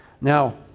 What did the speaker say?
Now